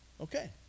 Okay